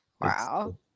Wow